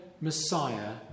Messiah